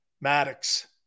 Maddox